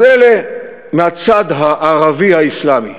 אז אלה מהצד הערבי האסלאמי.